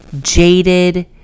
jaded